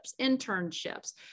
internships